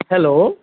hello